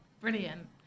brilliant